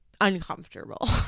uncomfortable